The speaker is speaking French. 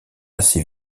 assez